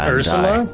Ursula